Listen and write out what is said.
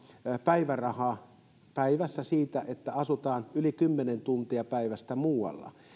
päivärahaa päivässä siitä että asutaan yli kymmenen tuntia päivästä muualla